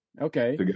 Okay